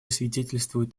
свидетельствуют